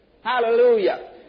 Hallelujah